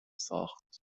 ساخت